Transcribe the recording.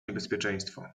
niebezpieczeństwo